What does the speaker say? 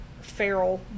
feral